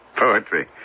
Poetry